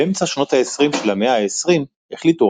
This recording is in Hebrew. באמצע שנות העשרים של המאה ה־20 החליטו